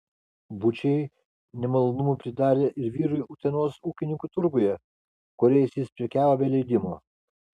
bučiai nemalonumų pridarė ir vyrui utenos ūkininkų turguje kuriais jis prekiavo be leidimo